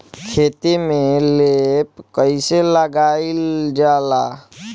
खेतो में लेप कईसे लगाई ल जाला?